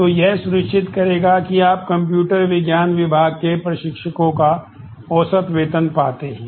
तो यह सुनिश्चित करेगा कि आप कंप्यूटर विज्ञान विभाग के प्रशिक्षकों का औसत वेतन पाते हैं